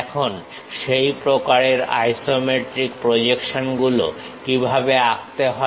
এখন সেই প্রকারের আইসোমেট্রিক প্রজেকশনগুলো কিভাবে আঁকতে হয়